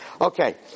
Okay